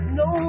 no